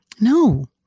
No